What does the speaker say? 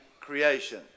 creation